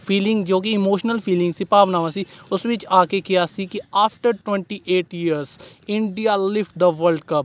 feeling ਜੋ ਕਿ emotional feeling ਸੀ ਭਾਵਨਾਵਾਂ ਸੀ ਉਸ ਵਿੱਚ ਆ ਕੇ ਕਿਹਾ ਸੀ ਕਿ after twenty eight years India lift the world cup